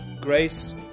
Grace